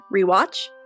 rewatch